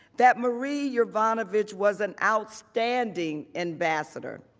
that marie yovanovitch was an outstanding ambassador.